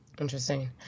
Interesting